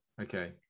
okay